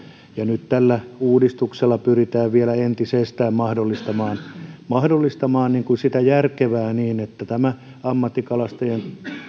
ja nyt tällä uudistuksella pyritään vielä entisestään mahdollistamaan mahdollistamaan sitä järkevää toimintaa niin että tämä ammattikalastajien